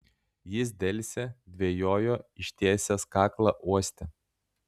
jis delsė dvejojo ištiesęs kaklą uostė